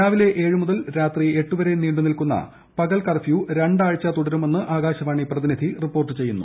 രാവിലെ ഏഴ് മുതൽ രാത്രി എട്ട് വര്യെന്റ്രീങ്ടുനിൽക്കുന്ന പകൽ കർഫ്യൂ രണ്ടാഴ്ച തുടരുമ്പെണ്ട് ിആകാശവാണി പ്രതിനിധി റിപ്പോർട്ട് ചെയ്യുന്നു